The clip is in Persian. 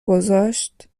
گذاشت